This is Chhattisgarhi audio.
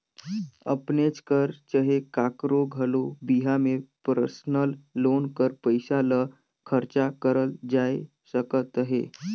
अपनेच कर चहे काकरो घलो बिहा में परसनल लोन कर पइसा ल खरचा करल जाए सकत अहे